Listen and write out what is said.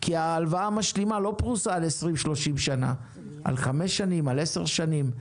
כי ההלוואה המשלימה לא פרוסה לעשרים-שלושים שנה אלא לחמש-עשר שנים.